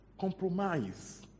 compromise